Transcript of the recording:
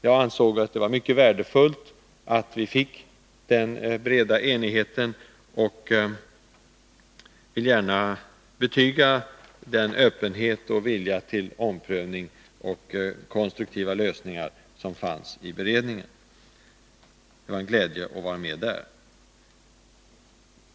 Jag anser att det var mycket värdefullt att vi fick den breda enigheten och vill gärna betyga att stor öppenhet och vilja till omprövning för att nå konstruktiva lösningar fanns i beredningen. Det var en glädje att vara med där.